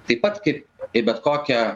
taip pat kaip į bet kokią